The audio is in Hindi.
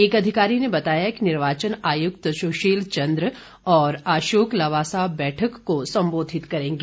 एक अधिकारी ने बताया कि निर्वाचन आयुक्त सुशील चन्द्र और अशोक लवासा बैठक को संबोधित करेंगे